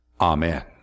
Amen